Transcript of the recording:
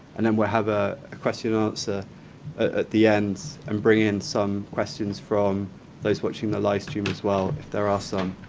and then we'll have a question and ah answer at the end and bring in some questions from those watching the live stream as well, if there are some.